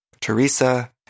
Teresa